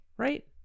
right